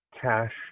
cash